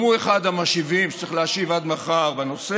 גם הוא אחד המשיבים שצריכים להשיב עד מחר בנושא,